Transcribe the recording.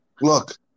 Look